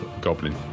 goblin